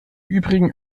übrigen